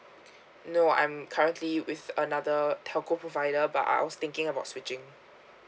no I'm currently with another telco provider but I was thinking about switching